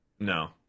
No